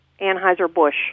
Anheuser-Busch